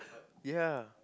ya